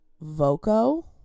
Voco